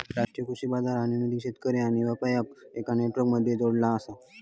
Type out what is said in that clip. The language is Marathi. राष्ट्रीय कृषि बाजारच्या निमित्तान शेतकरी आणि व्यापार्यांका एका नेटवर्क मध्ये जोडला आसा